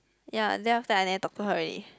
ya and then after that I never talk to her already